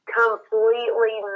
completely